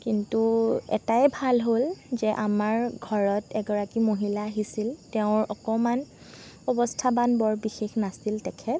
কিন্তু এটাই ভাল হ'ল যে আমাৰ ঘৰত এগৰাকী মহিলা আহিছিল তেওঁৰ অকণমান অৱস্থাবান বৰ বিশেষ নাছিল তেখেত